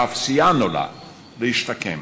ואף סייענו לה להשתקם.